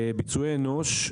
ביצועי אנוש,